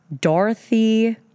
Dorothy